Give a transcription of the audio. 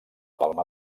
palma